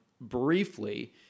briefly